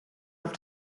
auf